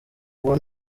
uwo